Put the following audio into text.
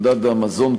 מדד המזון,